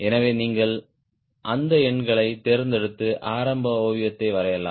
எனவே நீங்கள் அந்த எண்களைத் தேர்ந்தெடுத்து ஆரம்ப ஓவியத்தை வரையலாம்